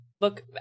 look